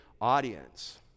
audience